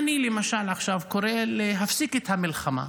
למשל, אם אני קורא עכשיו להפסיק את המלחמה,